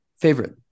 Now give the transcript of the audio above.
favorite